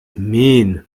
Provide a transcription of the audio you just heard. mean